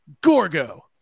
Gorgo